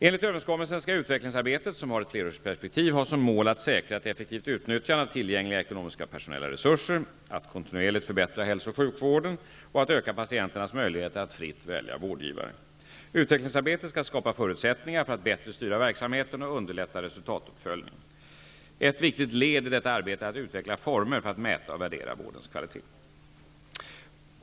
Enligt överenskommelsen skall utvecklingsarbetet, som har ett flerårsperspektiv, ha som mål att säkra ett effektivt utnyttjande av tillgängliga ekonomiska och personella resurser, att kontinuerligt förbättra hälso och sjukvården och att öka patienternas möjligheter att fritt välja vårdgivare. Utvecklingsarbetet skall skapa förutsättningar för att bättre styra verksamheten och underlätta resultatuppföljningen. Ett viktigt led i detta arbete är att utveckla former för att mäta och värdera vårdens kvalitet.